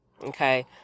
okay